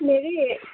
merry